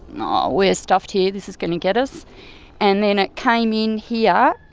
um ah we're stuffed here, this is going to get us and then it came in here,